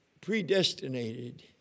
predestinated